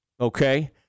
Okay